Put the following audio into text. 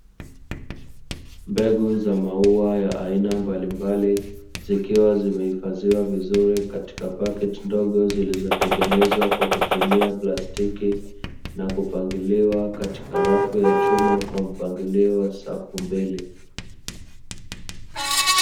Mbegu za maua ya aina mbalimbali zikiwa zimehifadhiwa vizuri katika paketi ndogo zilizotengenezwa kwa kutumia plastiki na kupangiliwa katika rafu ya chuma kwa mpangilio wa safu mbili.